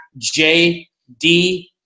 JD